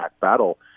battle